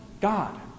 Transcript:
God